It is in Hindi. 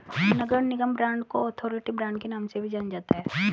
नगर निगम बांड को अथॉरिटी बांड के नाम से भी जाना जाता है